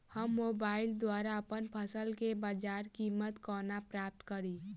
हम मोबाइल द्वारा अप्पन फसल केँ बजार कीमत कोना प्राप्त कड़ी?